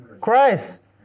Christ